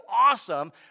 awesome